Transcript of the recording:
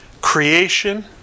creation